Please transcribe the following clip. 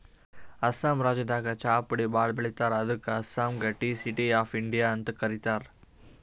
ಅಸ್ಸಾಂ ರಾಜ್ಯದಾಗ್ ಚಾಪುಡಿ ಭಾಳ್ ಬೆಳಿತಾರ್ ಅದಕ್ಕ್ ಅಸ್ಸಾಂಗ್ ಟೀ ಸಿಟಿ ಆಫ್ ಇಂಡಿಯಾ ಅಂತ್ ಕರಿತಾರ್